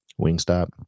Wingstop